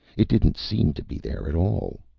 it didn't seem to be there at all.